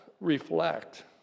reflect